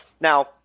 Now